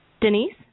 Denise